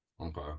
Okay